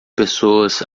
pessoas